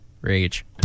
Rage